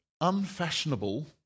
unfashionable